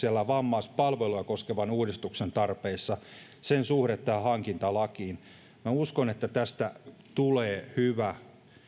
vammaispalveluja koskevan uudistuksen tarpeissa ja sen suhteessa tähän hankintalakiin minä uskon että tästä tulee hyvä